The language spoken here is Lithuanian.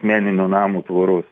meninio namo tvoros